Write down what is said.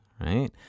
right